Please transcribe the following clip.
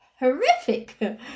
horrific